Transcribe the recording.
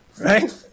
right